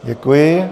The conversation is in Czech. Děkuji.